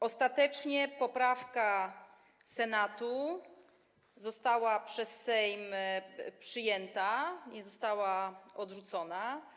Ostatecznie poprawka Senatu została przez Sejm przyjęta, nie została odrzucona.